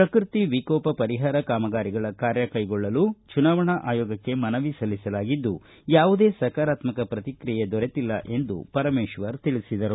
ಪ್ರಕೃತಿ ವಿಕೋಪ ಪರಿಹಾರ ಕಾಮಗಾರಿಗಳ ಕಾರ್ಯ ಕೈಗೊಳ್ಳಲು ಚುನಾವಣಾ ಆಯೋಗಕ್ಕೆ ಮನವಿ ಸಲ್ಲಿಸಲಾಗಿದ್ದು ಯಾವುದೇ ಸಕಾರತ್ನಕ ಪ್ರತಿಕ್ರಿಯೆ ದೊರೆತಿಲ್ಲ ಎಂದು ಪರಮೇಶ್ವರ ತಿಳಿಸಿದರು